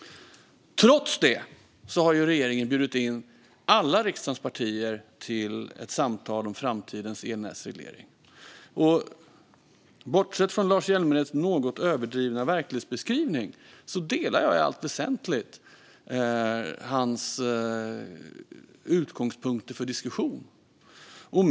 Trots detta har regeringen bjudit in alla riksdagens partier till ett samtal om framtidens elnätsreglering. Bortsett från Lars Hjälmereds något överdrivna verklighetsbeskrivning delar jag i allt väsentligt hans utgångspunkter för diskussion.